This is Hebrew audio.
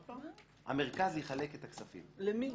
המרכז יחלק את הכספים לקבוצות,